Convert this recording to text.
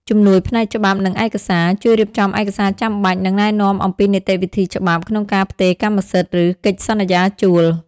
ជំនួយផ្នែកច្បាប់ និងឯកសារ ជួយរៀបចំឯកសារចាំបាច់ និងណែនាំអំពីនីតិវិធីច្បាប់ក្នុងការផ្ទេរកម្មសិទ្ធិ ឬកិច្ចសន្យាជួល។